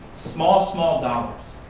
small, small dollars,